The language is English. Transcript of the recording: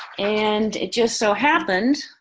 and it just so happened,